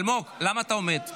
למה אתה עומד?